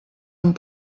amb